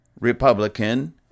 Republican